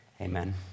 amen